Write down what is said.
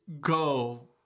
go